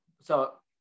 So-